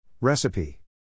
Recipe